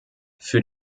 für